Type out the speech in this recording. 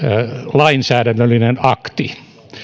lainsäädännöllinen akti